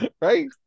right